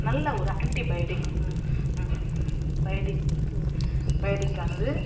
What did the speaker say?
நல்ல ஒரு antibiotic biotic வந்து பயோட்டிக்கானது